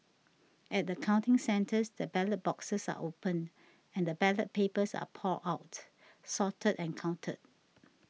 at the counting centres the ballot boxes are opened and the ballot papers are poured out sorted and counted